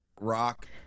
rock